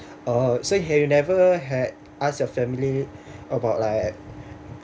uh so have you never had ask your family about like